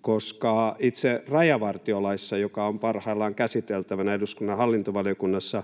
koska itse rajavartiolaissa, joka on parhaillaan käsiteltävänä eduskunnan hallintovaliokunnassa,